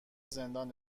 زندان